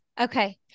Okay